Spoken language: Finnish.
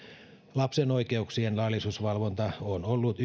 lapsen oikeuksien laillisuusvalvonta on ollut